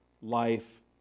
life